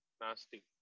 Nasty